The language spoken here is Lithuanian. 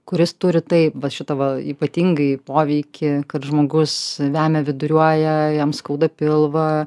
kuris turi tai vat šitą va ypatingai poveikį kad žmogus vemia viduriuoja jam skauda pilvą